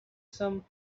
some